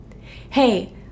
hey